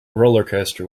rollercoaster